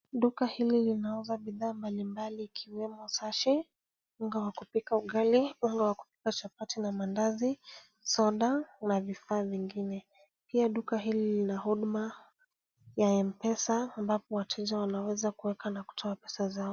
Duka hili linauza bidhaa mbali mbali ikiwemo sashi, unga wa kupika ugali, unga wa kupika chapati na mandazi, soda na vifaa vingine. Pia duka hili lina huduma ya M-Pesa ambapo wateja wanaweza kuweka na kutoa pesa zao.